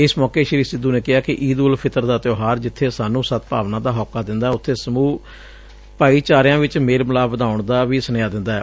ਇਸ ਮੌਕੇ ਸ੍ਰੀ ਸਿੱਧੁ ਨੇ ਕਿਹਾ ਕਿ ਈਦ ਉਲ ਫਿਤਰ ਦਾ ਤਿਉਹਾਰ ਜਿੱਬੇ ਸਾਨੂੰ ਸਦਭਾਵਨਾ ਦਾ ਹੋਕਾ ਦਿੰਦੈ ਉਬੇ ਸਮੁਹ ਭਾਈਚਾਰਿਆਂ ਵਿੱਚ ਮੇਲ ਮਿਲਾਪ ਵਧਾਉਣ ਦਾ ਵੀ ਸੁਨੇਹਾ ਦਿੰਦੈ